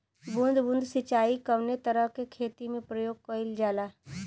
बूंद बूंद सिंचाई कवने तरह के खेती में प्रयोग कइलजाला?